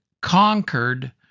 conquered